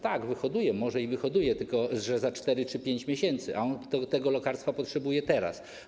Tak, wyhoduje, może i wyhoduje, tylko że za 4 czy 5 miesięcy, a on tego lekarstwa potrzebuje teraz.